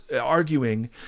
arguing